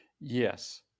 Yes